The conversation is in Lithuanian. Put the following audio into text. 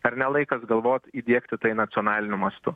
ar ne laikas galvot įdiegti tai nacionaliniu mastu